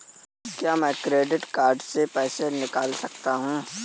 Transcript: क्या मैं credit card से पैसे निकाल सकता हूँ?